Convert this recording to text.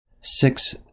six